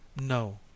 No